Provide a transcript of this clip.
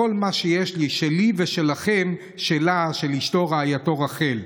כל מה ששלי ושלכם, שלה, של אשתו, רעייתו רחל.